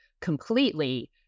completely